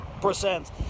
percent